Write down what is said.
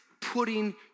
putting